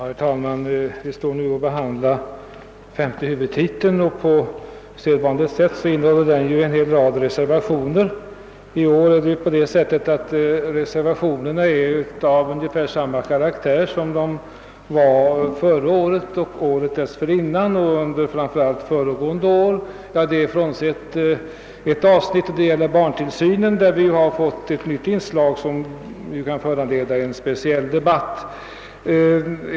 Herr talman! Vi skall nu behandla femte huvudtiteln, och på sedvanligt sätt har en hel rad reservationer fogats till utskottets utlåtande. I år är reservationerna av ungefär samma karaktär som under de närmast föregående åren — frånsett ett avsnitt, nämligen det som gäller barntillsynen. Det är ett nytt inslag, som kan komma att föranleda en speciell debatt.